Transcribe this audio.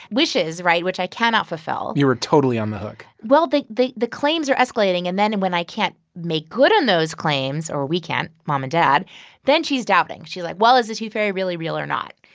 wishes right? which i cannot fulfill you were totally on the hook well, the the claims are escalating. and then, and when i can't make good on those claims or we can't, mom and dad then she's doubting. she's like, well, is the tooth fairy really real or not?